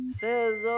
says